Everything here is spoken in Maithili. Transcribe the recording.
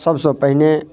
सबसँ पहिने